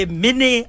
mini